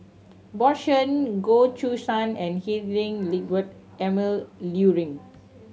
Bjorn Shen Goh Choo San and Heinrich Ludwig Emil Luering